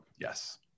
Yes